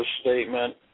statement